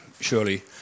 surely